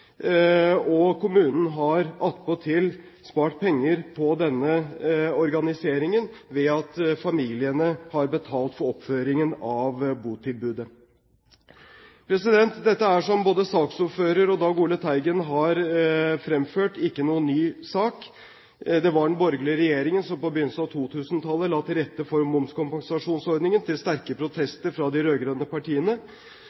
Kommunen har attpåtil spart penger på denne organiseringen ved at familiene har betalt for oppføringen av botilbudet. Dette er, som både saksordføreren og Dag Ole Teigen har fremført, ikke noen ny sak. Det var den borgerlige regjeringen som på begynnelsen av 2000-tallet la til rette for momskompensasjonsordningen til sterke